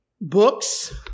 books